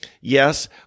yes